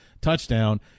touchdown